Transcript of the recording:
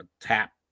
tap